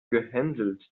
gehänselt